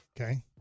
Okay